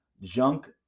Junk